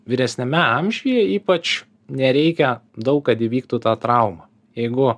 vyresniame amžiuje ypač nereikia daug kad įvyktų ta trauma jeigu